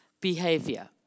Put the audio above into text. behavior